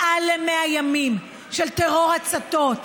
מעל ל-100 ימים של טרור הצתות,